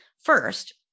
First